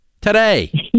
Today